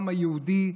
העם היהודי,